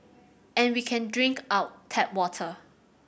and we can drink our tap water